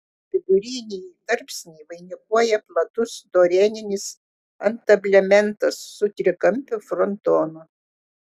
vidurinįjį tarpsnį vainikuoja platus dorėninis antablementas su trikampiu frontonu